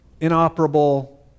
inoperable